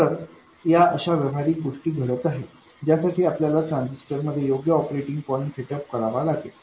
तर या अशा व्यावहारिक गोष्टी घडतं आहेत ज्यासाठी आपल्याला ट्रान्झिस्टर मध्ये योग्य ऑपरेटिंग पॉईंट सेटअप करावा लागेल